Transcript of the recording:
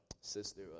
Sister